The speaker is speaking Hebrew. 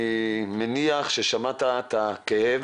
אני מניח ששמעת את הכאב,